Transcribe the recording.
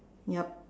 yup